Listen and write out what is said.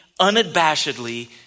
unabashedly